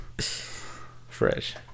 Fresh